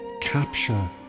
capture